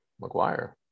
McGuire